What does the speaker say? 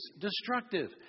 destructive